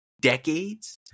decades